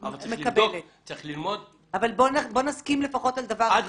אבל בוא נסכים לפחות על דבר אחד,